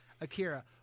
Akira